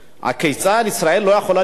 הכיצד ישראל לא יכולה להתגונן,